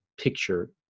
Picture